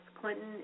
Clinton